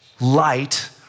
light